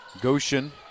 Goshen